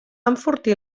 enfortir